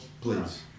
Please